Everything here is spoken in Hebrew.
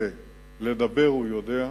שלדבר הוא יודע,